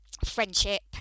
friendship